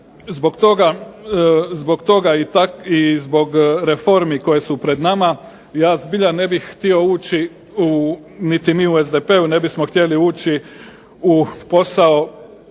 Zbog toga i zbog reformi koje su pred nama ja zbilja ne bih htio ući, niti mi u SDP-u ne bismo htjeli ući u posao